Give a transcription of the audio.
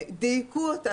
כאן דייקו אותה,